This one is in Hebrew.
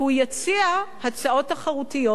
כי הוא יציע הצעות תחרותיות.